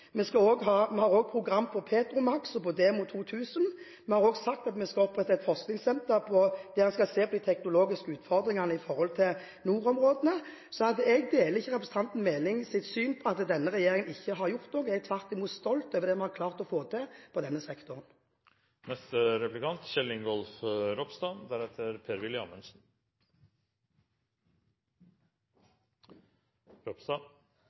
en skal opprette et senter for økt utvinning. Vi har også program på Petromax og på Demo 2000, og vi har også sagt at vi skal opprette et forskningssenter der en skal se på de teknologiske utfordringene i nordområdene. Så jeg deler ikke representanten Melings syn på at denne regjeringen ikke har gjort noe. Jeg er tvert imot stolt av det vi har klart å få til på denne sektoren.